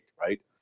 right